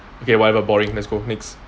okay whatever boring let's go next